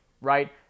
right